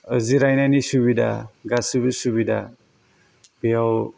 जिरायनायनि सुबिधा गासैबो सुबिधा बेयाव